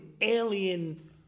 alien